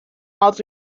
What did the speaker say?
not